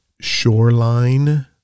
shoreline